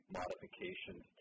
modifications